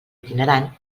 itinerant